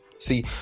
See